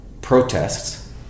protests